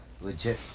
legit